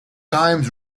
times